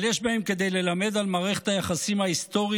אבל יש בהם כדי ללמד על מערכת היחסים ההיסטורית